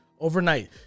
overnight